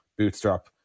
bootstrap